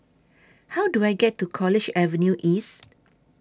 How Do I get to College Avenue East